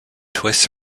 twists